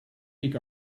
week